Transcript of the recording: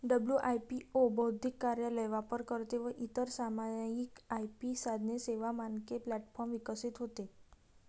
WIPO बौद्धिक कार्यालय, वापरकर्ते व इतर सामायिक आय.पी साधने, सेवा, मानके प्लॅटफॉर्म विकसित होते